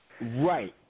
Right